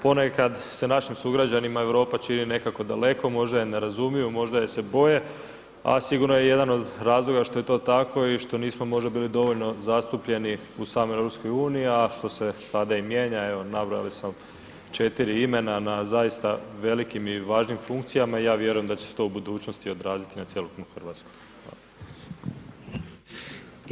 Ponekad se našim sugrađanima Europa čini nekako daleko, možda je ne razumiju, možda je se boje, a sigurno je jedan od razloga što je to tako i što nismo možda bili dovoljno zastupljeni u samoj EU, a što se sada i mijenja, evo nabrojali smo 4 imena na zaista velikim i važnim funkcijama i ja vjerujem da će se to u budućnosti odraziti i na cjelokupnu Hrvatsku.